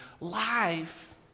Life